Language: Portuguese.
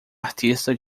artista